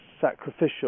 sacrificial